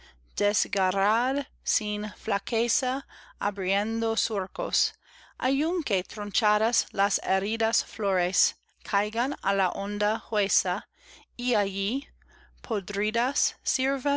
desgarrad sin flaqueza abriendo surcos aunque tronchadas las heridas flores caigan á la honda huesa y allí